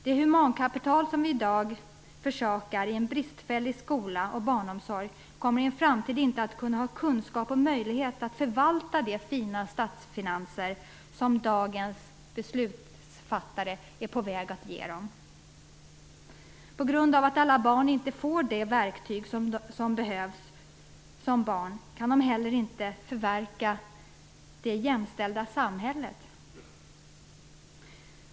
Vi förlorar i dag humankapital genom en bristfällig skola och barnomsorg, vilket gör att man i en framtid får mindre kunskaper och möjligheter när det gäller att förvalta de fina statsfinanser som dagens beslutsfattare håller på att skapa. Om inte alla får de verktyg de behöver som barn, kan de sedan inte heller förverkliga det jämställda samhället.